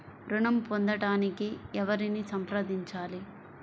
ఋణం పొందటానికి ఎవరిని సంప్రదించాలి?